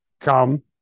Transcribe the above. come